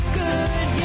good